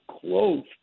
close